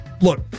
look